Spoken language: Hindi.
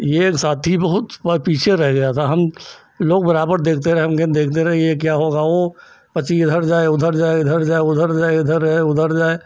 एक साथी बहुत थोड़ा पीछे रह गया था हम लोग बराबर देखते रहे देखते रहे यह क्या हो रहा है वह पक्षी इधर जाए उधर जाए इधर जाए उधर जाए इधर जाए उधर जाए